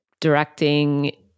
directing